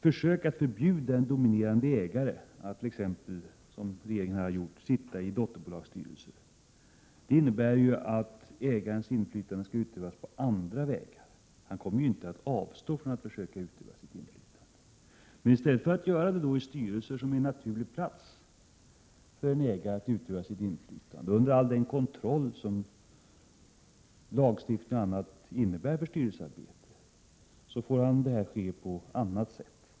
Försök att förbjuda en dominerande ägare att t.ex., som regeringen har gjort, sitta i dotterbolagsstyrelser innebär att ägarens inflytande skall utövas på andra vägar. Han kommer ju inte att avstå från att försöka utöva sitt inflytande. Men i stället för att utöva det i styrelser, som för en ägare är en naturlig plats för att utöva sitt inflytande, och under all den kontroll som lagstiftning och annat innebär för styrelsearbete, måste detta ske på annat sätt.